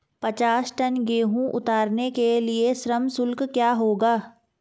पचास टन गेहूँ उतारने के लिए श्रम शुल्क क्या होगा?